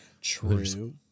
True